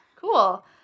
Cool